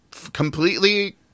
completely